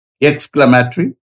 Exclamatory